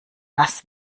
das